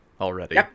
already